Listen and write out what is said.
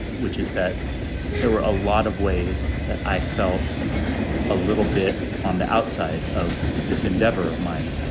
which is that there were a lot of ways that i felt a little bit on the outside of this endeavor of mine,